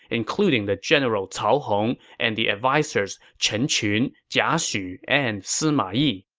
including the general cao hong and the advisers chen qun, jia xu, and sima yi.